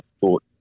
thought